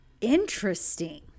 Interesting